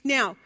Now